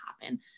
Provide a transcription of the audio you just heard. happen